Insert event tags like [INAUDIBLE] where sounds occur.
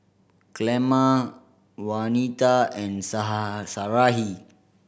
Clemma Waneta and [UNINTELLIGIBLE] Sarahi